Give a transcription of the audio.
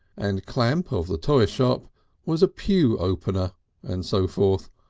and clamp of the toy shop was pew opener and so forth,